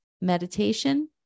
meditation